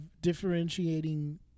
differentiating